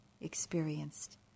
experienced